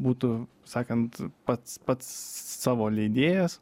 būtų sakant pats pats savo leidėjas